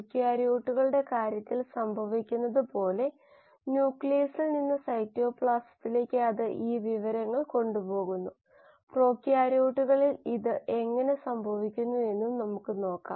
ബയോറിയാക്ടറുകളിലൂടെയാണ് മാബുകൾ നിർമ്മിക്കുന്നതെന്ന് നമ്മൾ കണ്ടു ബയോപ്രൊസെസ്സിലൂടെയാണ് അത് സാധ്യമാകുന്നത് ബയോറിയാക്ടർ ആണ് അതിൻറെ പ്രധാന ഭാഗം